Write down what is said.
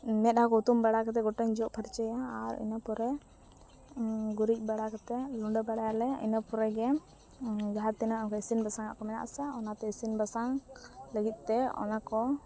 ᱢᱮᱫᱟᱦᱟ ᱠᱚ ᱦᱩᱛᱩᱢ ᱵᱟᱲᱟ ᱠᱟᱛᱮᱫ ᱜᱚᱴᱟᱧ ᱡᱚᱜ ᱯᱷᱟᱨᱪᱟᱭᱟ ᱟᱨ ᱤᱱᱟᱹ ᱯᱚᱨᱮ ᱜᱩᱨᱤᱡ ᱵᱟᱲᱟ ᱠᱟᱛᱮᱫ ᱞᱩᱸᱰᱟᱹ ᱵᱟᱲᱟᱭᱟᱞᱮ ᱤᱱᱟᱹ ᱯᱚᱨᱮᱜᱮ ᱡᱟᱦᱟᱸ ᱛᱤᱱᱟᱹᱜ ᱤᱥᱤᱱᱼᱵᱟᱥᱟᱝ ᱟᱜ ᱠᱚ ᱢᱮᱱᱟᱜᱼᱟ ᱥᱮ ᱚᱱᱟᱛᱮ ᱤᱥᱤᱱᱼᱵᱟᱥᱟᱝ ᱞᱟᱹᱜᱤᱫᱛᱮ ᱚᱱᱟᱠᱚ